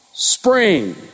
Spring